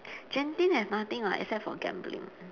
genting has nothing [what] except for gambling